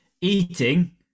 Eating